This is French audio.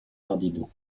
cardinaux